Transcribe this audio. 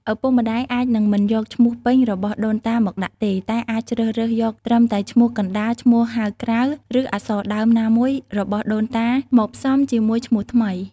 ឪពុកម្តាយអាចនឹងមិនយកឈ្មោះពេញរបស់ដូនតាមកដាក់ទេ តែអាចជ្រើសរើសយកត្រឹមតែឈ្មោះកណ្តាល ឈ្មោះហៅក្រៅ ឬអក្សរដើមណាមួយរបស់ដូនតាមកផ្សំជាមួយឈ្មោះថ្មី។